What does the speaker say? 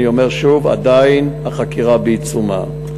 אני אומר שוב: עדיין החקירה בעיצומה.